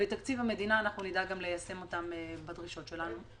בתקציב המדינה נדאג גם ליישם אותם בדרישות שלנו.